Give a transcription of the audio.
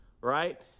right